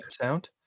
sound